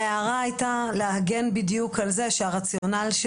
ההערה הייתה להגן בדיוק על זה להגן בדיוק על זה שהרציונל של